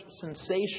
sensation